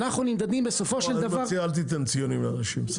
אני מציע: אל תתן ציונים לאנשים, בסדר?